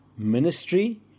Ministry